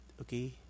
okay